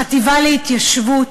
החטיבה להתיישבות